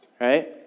right